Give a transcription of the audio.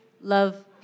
love